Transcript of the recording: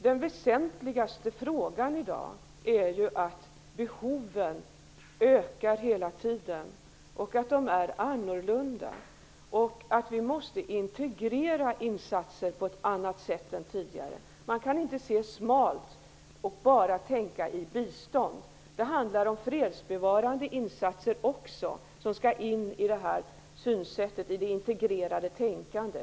Den väsentligaste frågan i dag är att behoven hela tiden ökar och att de är annorlunda. Vi måste integrera insatser på ett annat sätt än tidigare. Man kan inte se smalt och bara tänka i biståndstermer. Det handlar också om fredsbevarande insatser. De skall in i det integrerade tänkandet.